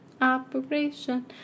Operation